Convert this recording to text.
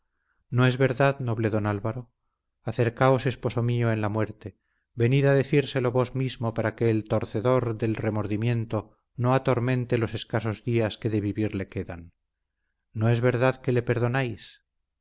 no es verdad noble don álvaro acercaos esposo mío en la muerte venid a decírselo vos mismo para que el torcedor del remordimiento no atormente los escasos días que de vivir le quedan no es verdad que le perdonáis